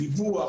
דיווח,